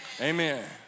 Amen